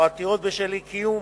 או עתירות בשל אי-קידום